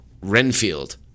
Renfield